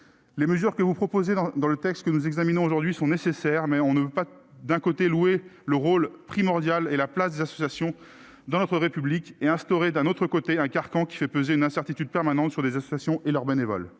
Les mesures proposées dans le texte que nous examinons aujourd'hui sont nécessaires, mais on ne peut pas, d'un côté, louer le rôle primordial et la place des associations dans notre République et, de l'autre, instaurer un carcan qui fait peser une incertitude permanente sur les associations et leurs bénévoles.